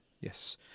Yes